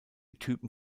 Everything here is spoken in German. typen